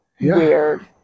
weird